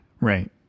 Right